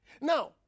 Now